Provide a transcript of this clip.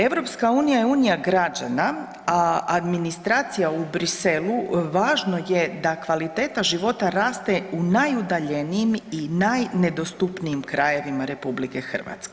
EU je unija građana, a administracija u Bruxellesu važno je da kvaliteta života raste u najudaljenijim i najnedostupnijim krajevima RH.